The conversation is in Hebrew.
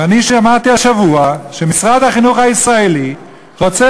ואני שמעתי השבוע שמשרד החינוך הישראלי רוצה